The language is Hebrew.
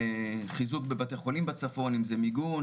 חיזוק בבתי חולים בצפון אם זה מיגון,